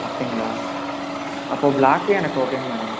அப்படிங்களா அப்போ ப்ளாக்கே எனக்கு ஓகேங்க மேடம்